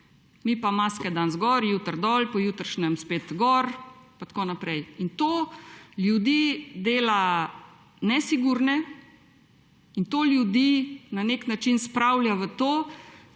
Mi pa maske danes gor, jutri dol, pojutrišnjem spet gor pa tako naprej. To ljudi dela nesigurne, to ljudi na nek način spravlja v to,